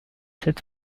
cette